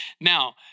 Now